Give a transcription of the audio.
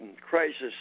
crisis